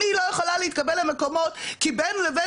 אני לא יכולה להתקבל למקומות כי בין לבין